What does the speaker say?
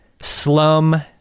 slum